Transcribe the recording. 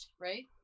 right